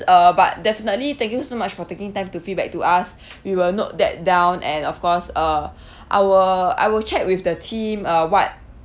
uh but definitely thank you so much for taking time to feedback to us we will note that down and of course uh I will I will check with the team uh what